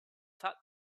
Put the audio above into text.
thought